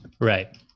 Right